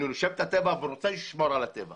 נושם את הטבע ורוצה לשמור על הטבע